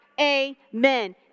amen